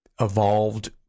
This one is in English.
evolved